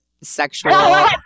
sexual